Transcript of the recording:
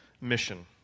mission